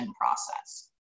process